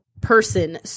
person